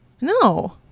No